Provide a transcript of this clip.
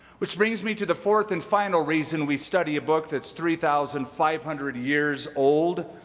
which brings me to the fourth and final reason we study a book that's three thousand five hundred years old